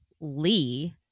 Lee